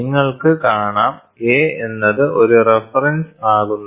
നിങ്ങൾക്ക് കാണാം a എന്നത് ഒരു റഫറൻസ് ആകുന്നത്